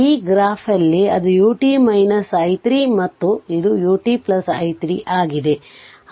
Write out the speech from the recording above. ಈ ಗ್ರಾಫ್ ಅಲ್ಲಿ ಇದು u t i 3 ಮತ್ತು ಇದು ut i 3 ಆಗಿದೆ